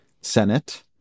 Senate